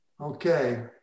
Okay